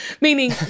meaning